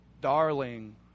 darling